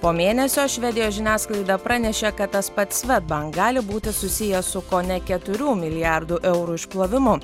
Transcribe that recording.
po mėnesio švedijos žiniasklaida pranešė kad tas pats svedbank gali būti susijęs su kone keturių milijardų eurų išplovimu